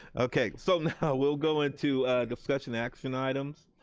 okay so now we'll go into discussion action items.